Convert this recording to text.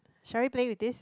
shall we play with this